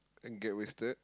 and get wasted